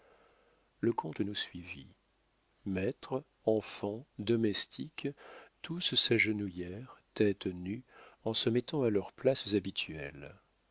le comte nous suivit maîtres enfants domestiques tous s'agenouillèrent têtes nues en se mettant à leurs places habituelles